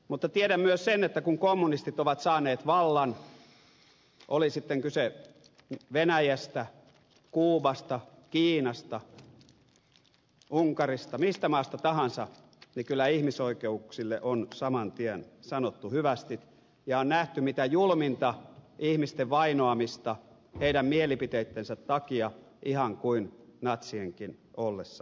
mutta tiedän myös sen että kun kommunistit ovat saaneet vallan oli sitten kyse venäjästä kuubasta kiinasta unkarista mistä maasta tahansa niin kyllä ihmisoikeuksille on saman tien sanottu hyvästit ja on nähty mitä julminta ihmisten vainoamista heidän mielipiteittensä takia ihan kuin natsienkin ollessa vallassa